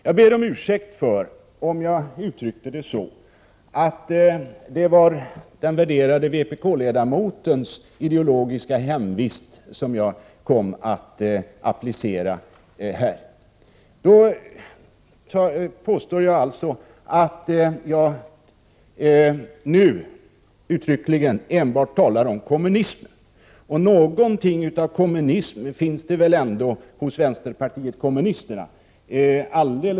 Jag ber om ursäkt om det föreföll som om jag ville applicera den värderade vpk-ledamotens ideologiska hemvist. Jag understryker att jag nu uttryckligen talar enbart om kommunismen. Och någonting av kommunism finns det ändå hos vänsterpartiet kommunisterna.